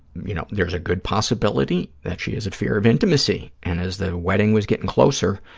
you know, there's a good possibility that she has a fear of intimacy, and as the wedding was getting closer,